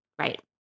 right